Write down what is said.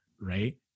Right